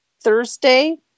Thursday